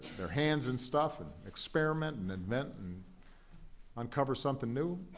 their hands in stuff, and experiment, and invent, and uncover something new,